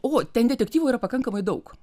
o ten detektyvo yra pakankamai daug